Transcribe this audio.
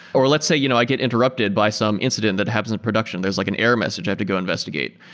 or let's say you know i get interrupted by some incident that happens in production. there's like an error message. i have to go investigate.